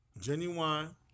Genuine